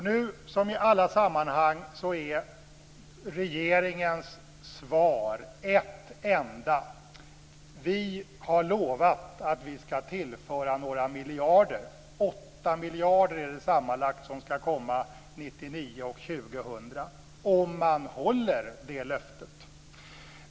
Nu som i alla sammanhang är regeringens svar ett enda: Vi har lovat att vi skall tillföra några miljarder. Det är sammanlagt 8 miljarder som skall komma år 1999 och år 2000, om man håller det löftet.